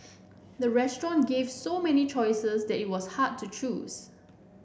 the restaurant gave so many choices that it was hard to choose